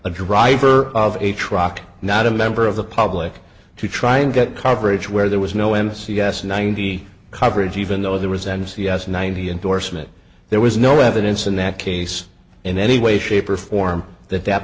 a driver of a truck not a member of the public to try and get coverage where there was no m c s ninety coverage even though the resents the us ninety endorsement there was no evidence in that case in any way shape or form that that